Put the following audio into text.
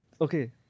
okay